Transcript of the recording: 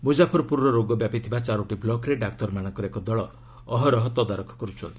ମୁଜାଫରପୁରର ରୋଗ ବ୍ୟାପିଥିବା ଚାରୋଟି ବ୍ଲକ୍ରେ ଡାକ୍ତରମାନଙ୍କର ଏକ ଦଳ ଅହରହ ତଦାରଖ କର୍ତ୍ତନ୍ତି